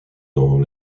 dans